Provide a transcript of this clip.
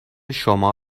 شما